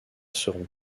seront